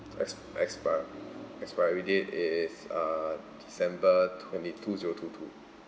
ex~ ex~ expiry date is uh december twenty-two zero two two